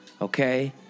Okay